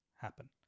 happen